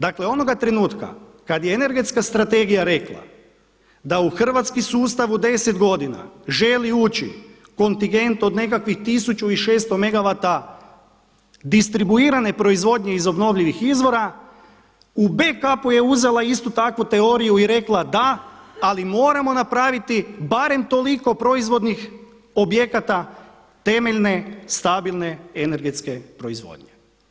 Dakle onoga trenutka kada je energetska strategija rekla da u hrvatskim sustav u 10 godina želi ući kontigent od nekakvih 1600 MW distribuirane proizvodnje iz obnovljivih izvora u backup-u je uzela istu takvu teoriju i rekla da ali moramo napraviti barem toliko proizvodnih objekata temeljne, stabilne, energetske proizvodnje.